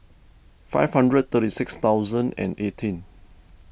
five hundred thirty six thousand and eighteen